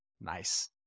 Nice